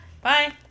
Bye